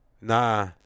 Nah